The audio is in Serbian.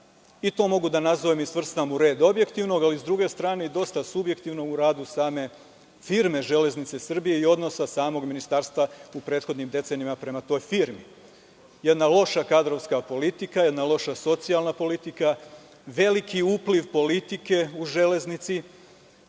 To mogu da nazovem i svrstan u red objektivnog, ali s druge strane i dosta subjektivno u radu same firme „Železnice Srbije“ i odnosa samog ministarstva u prethodnim decenijama prema toj firmi. Jedna loša kadrovska politika, jedna loša socijalna politika, veliki upliv politike u „Železnici“,